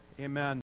amen